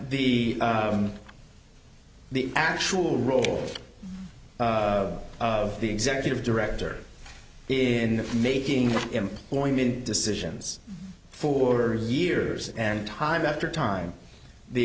the the actual role of the executive director in making employment decisions for years and time after time the